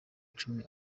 icumi